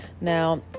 Now